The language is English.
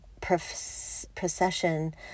procession